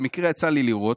במקרה יצא לי לראות,